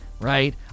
right